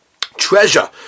treasure